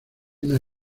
una